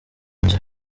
nzu